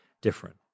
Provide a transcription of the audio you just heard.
different